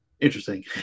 interesting